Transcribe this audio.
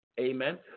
Amen